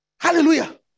Hallelujah